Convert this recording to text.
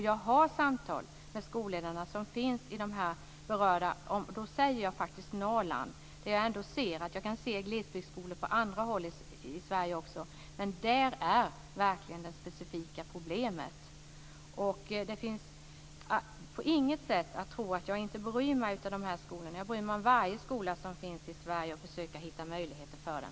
Jag för samtal med de skolledare som finns i de här berörda områdena och då säger jag faktiskt Norrland. Jag kan se glesbygdsskolor på andra håll i Sverige också, men där finns verkligen det specifika problemet. Det finns på inget sätt anledning att tro att jag inte bryr mig om de här skolorna. Jag bryr mig om varje skola som finns i Sverige och försöker hitta möjligheter för den.